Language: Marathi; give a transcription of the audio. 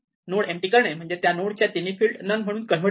नोड एम्पटी करणे म्हणजे त्या नोड च्या तिन्ही फिल्ड नन म्हणून कन्वर्ट करणे